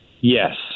Yes